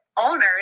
owners